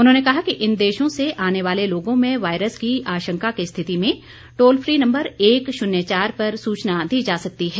उन्होंने कहा कि इन देशों से आने वाले लोगों में वायरस की आशंका की स्थिति में टोल फ्री नम्बर एक शून्य चार पर सूचना दी जा सकती है